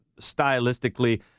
stylistically